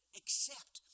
accept